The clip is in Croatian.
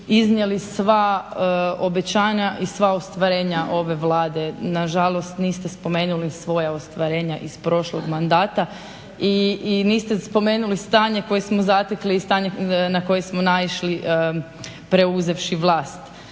iznijeli sva obećanja i sva ostvarenja ove Vlade. Na žalost niste spomenuli svoja ostvarenja iz prošlog mandata i niste spomenuli stanje koje smo zatekli i stanje na koje smo naišli preuzevši vlast.